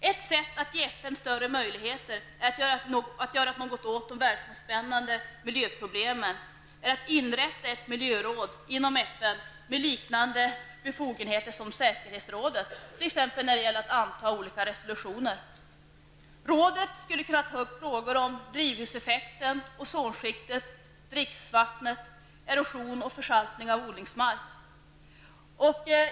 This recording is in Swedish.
Ett sätt att ge FN större möjligheter att göra något åt de världsomspännande miljöproblemen är att inrätta ett miljöråd inom FN med liknande befogenheter som säkerhetsrådet, t.ex. när det gäller att anta olika resolutioner. Rådet skulle kunna ta upp frågor om drivhuseffekten, ozonskiktet, dricksvattnet, erosion och försaltning av odlingsmark.